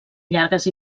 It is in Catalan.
llargues